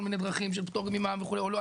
מיני דרכים של פטורים ממע"מ וכולי או לא,